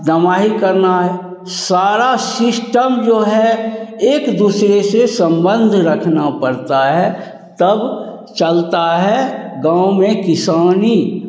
दमाही करना है सारा सिस्टम जो है एक दूसरे से संबंध रखना पड़ता है तब चलता है गाँव में किसानी